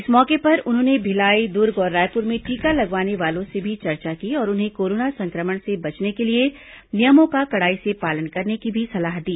इस मौके पर उन्होंने भिलाई दुर्ग और रायपुर में टीका लगवाने वालों से भी चर्चा की और उन्हें कोरोना संक्रमण से बचने के लिए नियमों का कड़ाई से पालन करने की भी सलाह दी